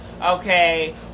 okay